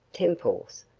temples,